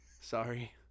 Sorry